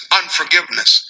unforgiveness